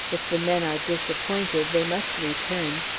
if the men are disappointed they must return.